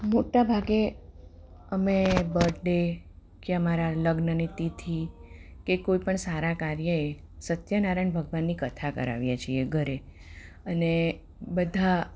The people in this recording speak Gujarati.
મોટા ભાગે અમે બડ્ડે કે અમારા લગ્નની તિથિ કે કોઈ પણ સારા કાર્યએ સત્યનારાયણ ભગવાનની કથા કરાવીએ છીએ ઘરે અને બધાં